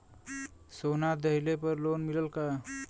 सोना दहिले पर लोन मिलल का?